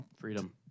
freedom